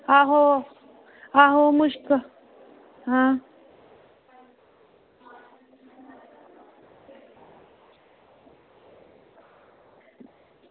आहो आहो मुश्क हां